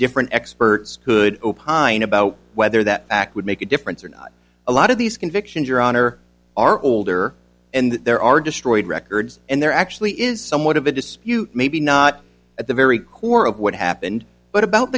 different experts could opine about whether that act would make a difference or not a lot of these convictions your honor are older and there are destroyed records and there actually is somewhat of a dispute maybe not at the very core of what happened but about